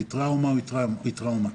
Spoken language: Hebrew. כי טראומה היא טראומה.